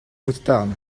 mustard